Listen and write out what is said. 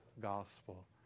gospel